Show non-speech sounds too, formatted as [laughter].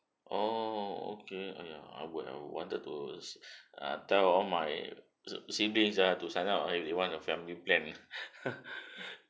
oh okay !aiya! I would I wanted to [breath] uh tell all my si~ siblings ah to sign up we we want a family plan [laughs]